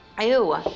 Ew